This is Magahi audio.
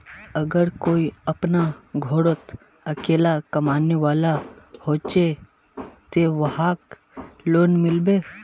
अगर कोई अपना घोरोत अकेला कमाने वाला होचे ते वहाक लोन मिलबे?